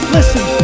Listen